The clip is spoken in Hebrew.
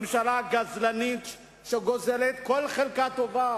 ממשלה גזלנית, שגוזלת כל חלקה טובה